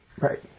Right